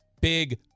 big